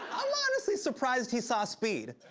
i'm honestly surprised he saw speed.